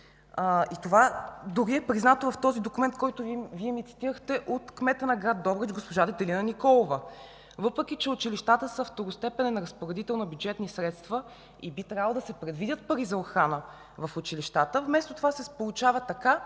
и това дори е признато в този документ, който Вие ми цитирахте от кмета на град Добрич госпожа Детелина Николова, въпреки че училищата са второстепенен разпоредител на бюджетни средства и би трябвало да се предвидят пари за охрана в училищата. Вместо това се получава така,